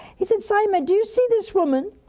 he said, simon, do you see this woman?